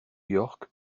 york